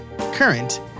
current